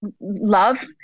love